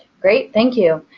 great, thank you.